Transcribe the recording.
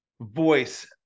voice